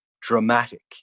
dramatic